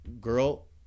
girl